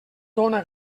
dóna